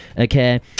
okay